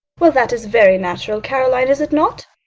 well, that is very natural, caroline, is it not?